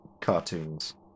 cartoons